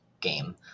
game